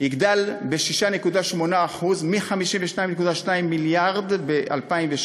יגדל ב-6.8% מ-52.2 מיליארד ב-2016